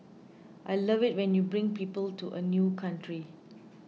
I love it when you bring people to a new country